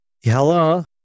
hello